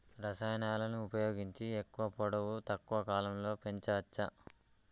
రసాయనాలను ఉపయోగించి ఎక్కువ పొడవు తక్కువ కాలంలో పెంచవచ్చా?